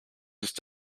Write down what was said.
just